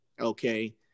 okay